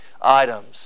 items